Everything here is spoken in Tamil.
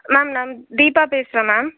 மேம் நான் தீபா பேசுகிறேன் மேம்